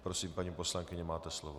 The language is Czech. Prosím, paní poslankyně, máte slovo.